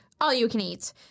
all-you-can-eat